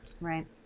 Right